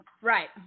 Right